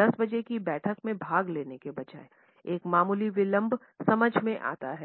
10 बजे की बैठक में भाग लेने के बजाय एक मामूली विलंब समझ में आता है